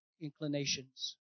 inclinations